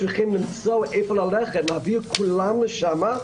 להביא את כולם לשם.